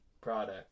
product